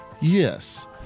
Yes